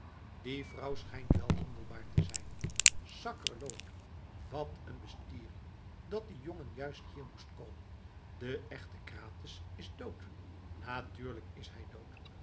die vrouw schijnt wel handelbaar te zijn sakkerloot wat een bestiering dat die jongen juist hier moest komen de echte krates is dood natuurlijk is hij dood